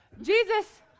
Jesus